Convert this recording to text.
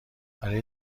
برای